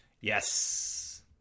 Yes